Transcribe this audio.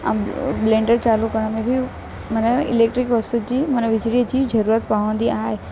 blender चालू करण में बि माना इलेक्ट्रिक माना विझड़े जी जरूरत पवंदी आहे